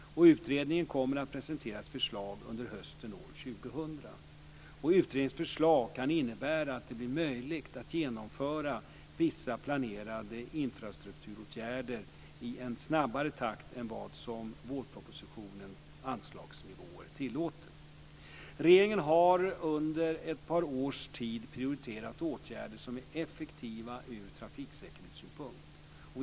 Utredningen kommer att presentera sitt förslag under hösten år 2000. Utredningens förslag kan innebära att det blir möjligt att genomföra vissa planerade infrastrukturåtgärder i en snabbare takt än vad som vårpropositionens anslagsnivåer tillåter. Regeringen har under ett par års tid prioriterat åtgärder som är effektiva ur trafiksäkerhetssynpunkt.